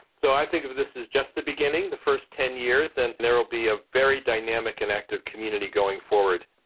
so i think of this as just the beginning, the first ten years, and there will be a very dynamic and active community going forward.